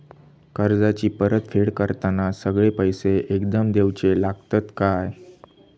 कर्जाची परत फेड करताना सगळे पैसे एकदम देवचे लागतत काय?